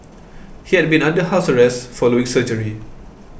he had been under house arrest following surgery